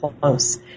close